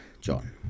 John